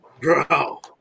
bro